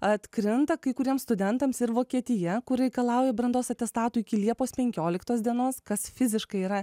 atkrinta kai kuriems studentams ir vokietija kur reikalauja brandos atestatų iki liepos penkioliktos dienos kas fiziškai yra